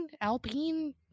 alpine